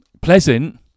pleasant